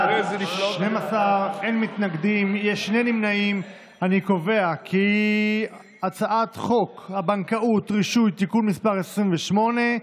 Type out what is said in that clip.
רצונה להחיל דין רציפות על הצעת חוק הבנקאות (רישוי) (תיקון מס' 28)